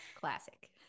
Classic